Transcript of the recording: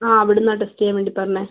അ അവിടുന്നാണ് ടെസ്റ്റ് ചെയ്യാൻ വേണ്ടി പറഞ്ഞത്